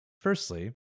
Firstly